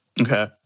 Okay